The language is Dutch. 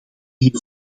heeft